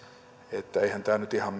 että ehkä tämä ei nyt ihan